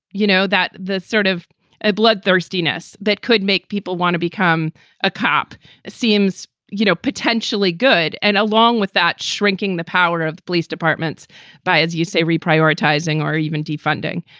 you know, that the sort of ah bloodthirstiness that could make people want to become a cop. it seems, you know, potentially good. and along with that, shrinking the power of the police departments by, as you say, re prioritizing or even defunding,